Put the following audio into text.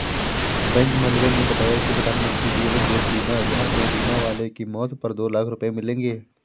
bank manager ने बताया कि प्रधानमंत्री जीवन ज्योति बीमा योजना में बीमा वाले की मौत पर दो लाख रूपये मिलेंगे